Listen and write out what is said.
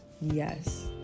yes